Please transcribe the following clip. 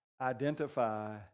Identify